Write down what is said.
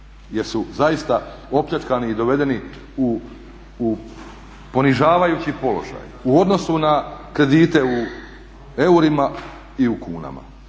jer su zaista opljačkani i dovedeni u ponižavajući položaj u odnosu na kredite u eurima i u kunama.